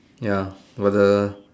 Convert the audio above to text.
ya got the